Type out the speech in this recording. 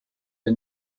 der